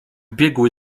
biegły